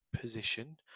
position